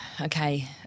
okay